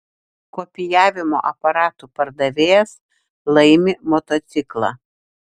kopijavimo aparatų pardavėjas laimi motociklą